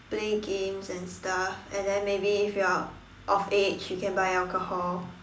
play games and stuff and then maybe if you are of age you can buy alcohol